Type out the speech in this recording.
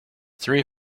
three